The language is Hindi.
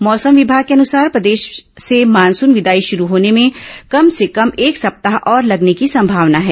मौसम विभाग के अनुसार प्रदेश से मानसून विदाई शुरू होने में कम से कम एक सप्ताह और लगने की संभावना है